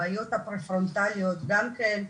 הבעיות ההיפר פרונטליות גם כן,